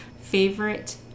Favorite